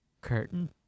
curtain